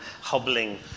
hobbling